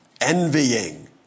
Envying